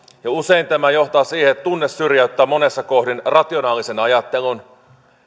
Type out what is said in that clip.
ja usein tämä johtaa siihen että tunne syrjäyttää monessa kohdin rationaalisen ajattelun